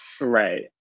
Right